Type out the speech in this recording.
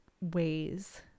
ways